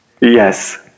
yes